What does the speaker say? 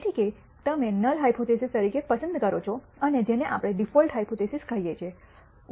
તેથી કે તમે નલ હાયપોથીસિસ તરીકે પસંદ કરો છો અને જેને આપણે ડિફૉલ્ટ હાયપોથીસિસ કહીએ છીએ